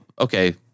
okay